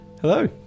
Hello